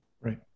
right